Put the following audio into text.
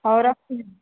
ହଉ ରଖୁଛି